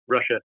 Russia